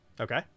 okay